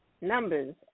Numbers